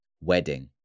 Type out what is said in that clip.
Wedding